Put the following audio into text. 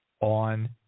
on